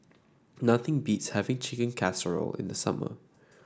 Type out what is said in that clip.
nothing beats having Chicken Casserole in the summer